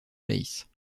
place